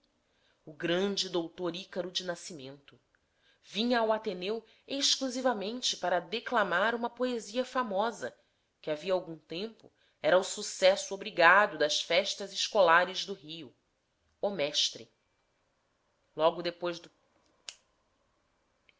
o grande dr ícaro de nascimento vinha ao ateneu exclusivamente para declamar uma poesia famosa que havia algum tempo era o sucesso obrigado das festas escolares do rio o mestre logo depois dos